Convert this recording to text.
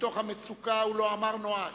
מתוך המצוקה הוא לא אמר נואש.